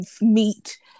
meet